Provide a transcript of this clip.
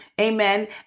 amen